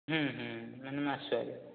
ମାନେ ମାସରେ